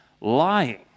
lying